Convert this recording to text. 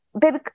baby